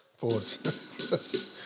pause